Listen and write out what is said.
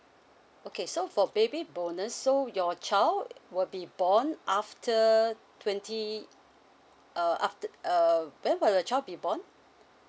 okay so for baby bonus so your child will be born after twenty uh after uh where the child be born